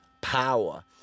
power